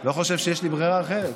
לא חושב שיש לי ברירה אחרת.